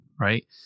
right